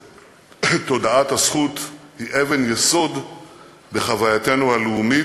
ותודעת הזכות היא אבן יסוד בחווייתנו הלאומית,